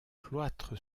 cloître